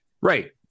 Right